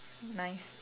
nice